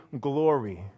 glory